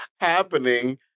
happening